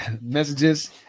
messages